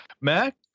Mac